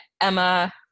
Emma